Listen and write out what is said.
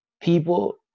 People